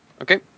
Okay